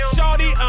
Shorty